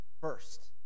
first—